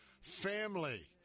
family